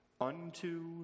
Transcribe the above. unto